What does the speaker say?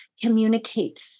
communicate